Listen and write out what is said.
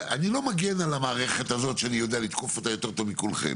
אני לא מגן על המערכת הזאת שאני יודע לתקוף אותה יותר טוב מכולכם,